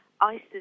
ISIS